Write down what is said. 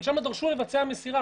שם דרשו לבצע מסירה.